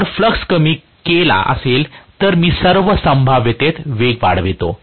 जर फ्लक्स कमी केला असेल तर मी सर्व संभाव्यतेत वेग वाढवितो